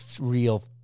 real